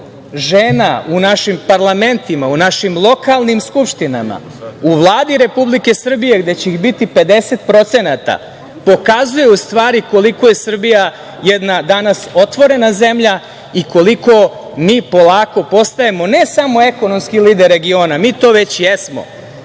žena u našim parlamentima, u našim lokalnim skupštinama, u Vladi Republike Srbije gde će ih biti 50%, pokazuje u stvari koliko je Srbija jedna otvorena zemlja i koliko mi polako postajemo ne samo ekonomski lider regiona. Mi to već jesmo. Mi